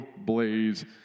Blaze